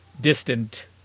distant